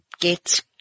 get